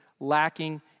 lacking